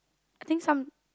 I think some